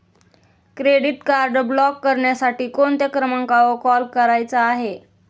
Credit card block करण्यासाठी कोणत्या क्रमांकावर कॉल करायचा आहे?